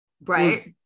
right